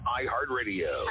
iHeartRadio